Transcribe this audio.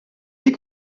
est